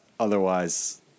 Otherwise